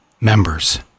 members